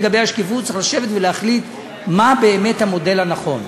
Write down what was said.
לגבי השקיפות צריך לשבת ולהחליט מה באמת המודל הנכון.